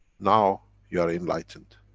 now you are enlightened.